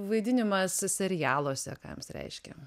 vaidinimas serialuose ką jums reiškia